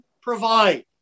provide